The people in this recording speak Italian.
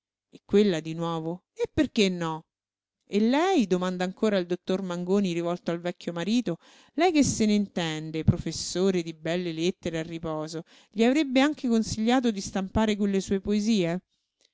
e quella di nuovo e perché no e lei domanda ancora il dottor mangoni rivolto al vecchio marito lei che se n'intende professore di belle lettere a riposo gli avrebbe anche consigliato di stampare quelle sue poesie